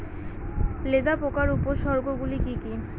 লেদা পোকার উপসর্গগুলি কি কি?